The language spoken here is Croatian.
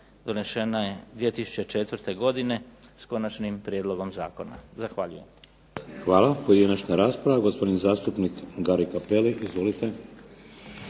donešene 2004. godine s Konačnim prijedlogom zakona. Zahvaljujem. **Šeks, Vladimir (HDZ)** Hvala. Pojedinačna rasprava, gospodin zastupnik Gari Cappelli. Izvolite.